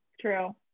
True